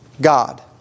God